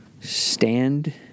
stand